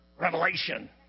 revelation